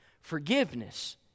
Forgiveness